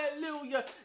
Hallelujah